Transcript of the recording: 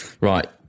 Right